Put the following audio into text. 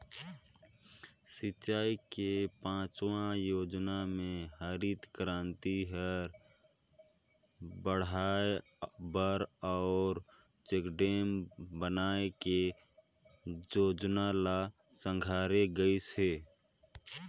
सिंचई के पाँचवा योजना मे हरित करांति हर बड़हाए बर अउ चेकडेम बनाए के जोजना ल संघारे गइस हे